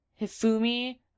hifumi